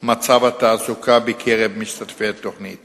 מצב התעסוקה בקרב משתתפי התוכנית